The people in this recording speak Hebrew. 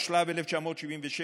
התשל"ו 1976,